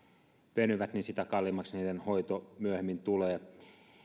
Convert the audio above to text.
venyvät sitä kalliimmaksi niiden hoito myöhemmin tulee